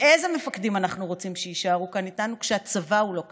ואיזה מפקדים אנחנו רוצים שיישארו כאן איתנו כשהצבא הוא לא כזה.